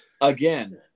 Again